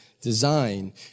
design